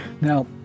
Now